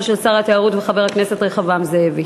של שר התיירות וחבר הכנסת רחבעם זאבי.